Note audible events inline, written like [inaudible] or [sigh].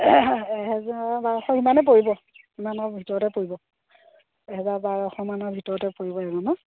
এহেজাৰ বাৰশ সিমানে পৰিব সিমানৰ ভিতৰতে পৰিব এহেজাৰ বাৰশমানৰ ভিতৰতে পৰিব [unintelligible]